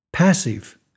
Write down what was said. Passive